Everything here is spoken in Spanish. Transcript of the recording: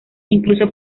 incluso